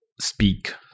speak